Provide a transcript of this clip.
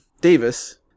Davis